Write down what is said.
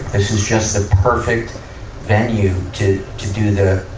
this is just the perfect venue to, to do the,